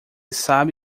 sabe